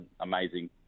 amazing